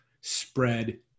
spread